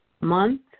month